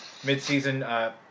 midseason